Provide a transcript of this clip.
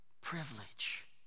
privilege